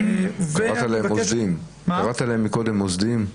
קראת להם קודם מוסדיים.